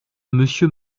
monsieur